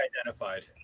identified